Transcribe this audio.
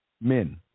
men